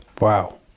wow